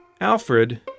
Alfred